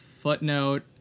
footnote